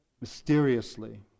mysteriously